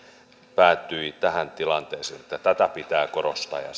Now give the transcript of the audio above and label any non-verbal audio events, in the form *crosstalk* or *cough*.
päätyi tähän tilanteeseen että tätä pitää korostaa ja *unintelligible*